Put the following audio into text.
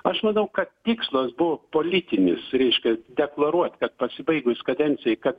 aš manau kad tikslas buvo politinis reiškia deklaruot kad pasibaigus kadencijai kad